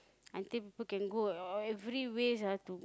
until people can go e~ every ways ah to